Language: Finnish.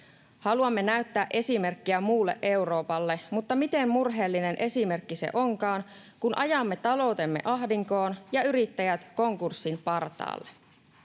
Haluamme näyttää esimerkkiä muulle Euroopalle, mutta miten murheellinen esimerkki se onkaan, kun ajamme taloutemme ahdinkoon ja yrittäjät konkurssin partaalle.